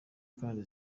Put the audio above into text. kandi